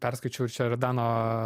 perskaičiau čia ir dano